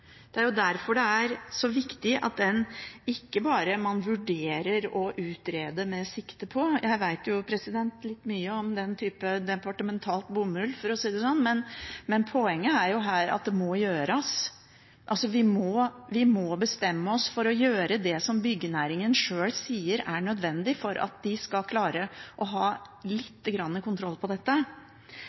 Det er derfor det er så viktig at man ikke bare vurderer å utrede den – jeg vet jo litt om den typen departemental bomull, for å si det sånn – men poenget her er at det må gjøres. Vi må bestemme oss for å gjøre det som byggenæringen sjøl sier er nødvendig for at de skal klare å ha lite grann kontroll på dette.